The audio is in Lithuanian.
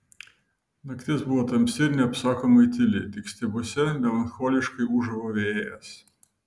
naktis buvo tamsi ir neapsakomai tyli tik stiebuose melancholiškai ūžavo vėjas